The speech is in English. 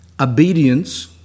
Obedience